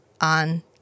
on